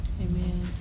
Amen